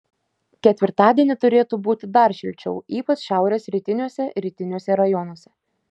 ketvirtadienį turėtų būti dar šilčiau ypač šiaurės rytiniuose rytiniuose rajonuose